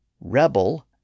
REBEL